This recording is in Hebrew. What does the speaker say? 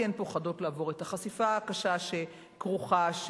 כי הן פוחדות לעבור את החשיפה הקשה שכרוכה בכך,